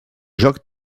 joc